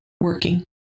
working